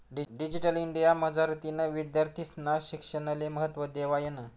digital India मझारतीन विद्यार्थीस्ना शिक्षणले महत्त्व देवायनं